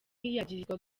yagirizwa